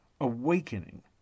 awakening